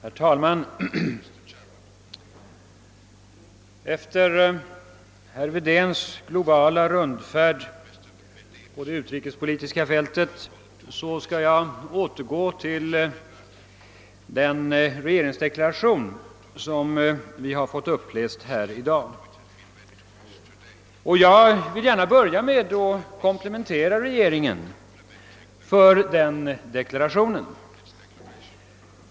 Herr talman! Efter herr Wedéns globala rundfärd på det utrikespolitiska fältet skall jag återgå till den regeringsdeklaration som vi har fått uppläst här i dag. Jag vill gärna börja med att komplimentera regeringen för den deklarationen.